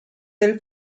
del